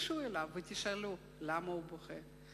תיגשו אליו ותשאלו למה הוא בוכה,